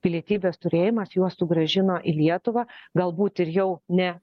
pilietybės turėjimas juos sugrąžino į lietuvą galbūt ir jau ne